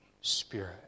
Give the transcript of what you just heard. Spirit